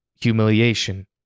humiliation